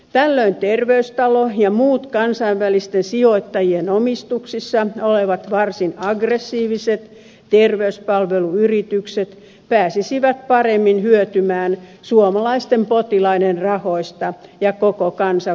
tällöin terveystalo ja muut kansainvälisten sijoittajien omistuksissa olevat varsin aggressiiviset terveyspalveluyritykset pääsisivät paremmin hyötymään suomalaisten potilaiden rahoista ja koko kansan verovaroista